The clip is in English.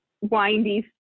windy